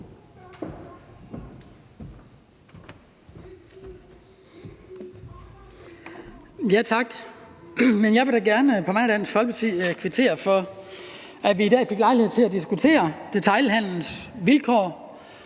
Jeg vil da gerne på vegne af Dansk Folkeparti kvittere for, at vi i dag fik lejlighed til at diskutere detailhandelens vilkår